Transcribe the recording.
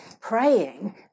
praying